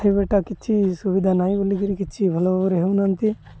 ଏବେଟା କିଛି ସୁବିଧା ନାହିଁ ବୋଲିକିରି କିଛି ଭଲାଭାବରେ ହେଉନାହାନ୍ତି